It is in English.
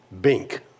Bink